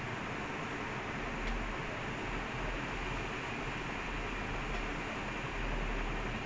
then err you typeout in tamil dot dot then you translate lah you write in english also